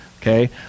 Okay